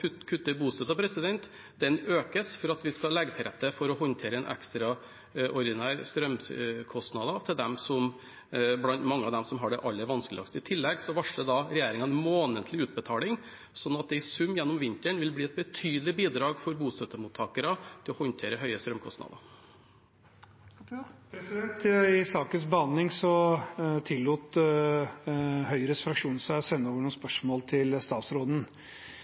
den økes for at vi skal legge til rette for at mange av dem som har det aller vanskeligst, skal kunne håndtere en ekstraordinær strømkostnad. I tillegg varsler regjeringen en månedlig utbetaling, sånn at det i sum gjennom vinteren vil bli et betydelig bidrag for bostøttemottakere til å håndtere høye strømkostnader. Under sakens behandling tillot Høyres fraksjon seg å sende over noen spørsmål til statsråden.